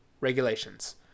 regulations